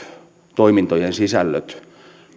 toimintojen sisällöt